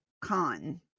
con